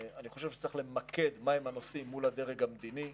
אני חושב שצריך למקד מהם הנושאים מול הדרג המדיני,